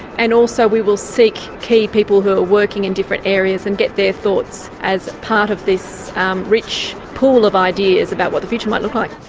and also we will seek key people who are working in different areas and get their thoughts as part of this rich pool of ideas about what the future might look like.